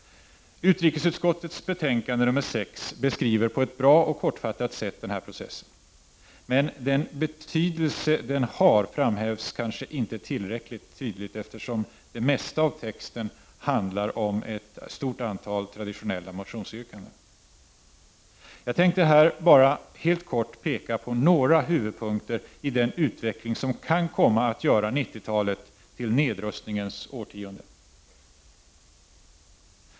Utrikesutskottets betänkande nr 6 beskriver på ett bra och kortfattat sätt den här processen. Men den betydelse den har framhävs kanske inte tillräckligt tydligt, eftersom det mesta av texten handlar om ett stort antal traditionella motionsyrkanden. Jag tänker bara här helt kort peka på några huvudpunkter i den utveckling som kan komma att göra 90-talet till nedrustningens årtionde.